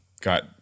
got